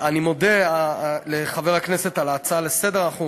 אני מודה לחבר הכנסת על ההצעה לסדר-היום.